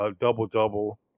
double-double